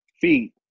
Feet